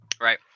Right